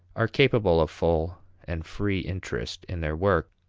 are capable of full and free interest in their work.